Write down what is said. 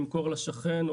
למכור לשכן,